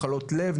מחלות לב,